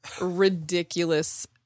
ridiculous